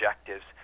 objectives